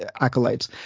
acolytes